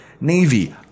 Navy